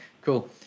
cool